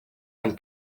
ein